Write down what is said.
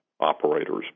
operators